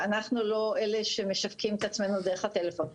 ואנחנו לא אלה שמשווקים את עצמנו דרך הטלפון.